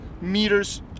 meters